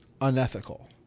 unethical